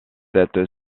cette